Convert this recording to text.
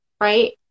right